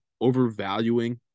overvaluing